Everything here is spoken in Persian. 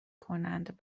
کنند